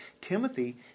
Timothy